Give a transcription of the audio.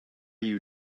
you